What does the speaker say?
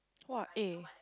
!wah! eh